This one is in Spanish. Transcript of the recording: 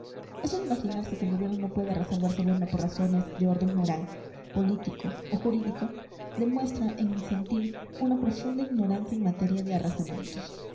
eso de imaginarse que el gobierno no puede arrasar barcelona por razones de orden moral político o jurídico demuestra en mi sentir una profunda ignorancia en materia de arrasamientos